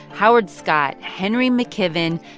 howard scott, henry mckiven,